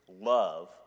love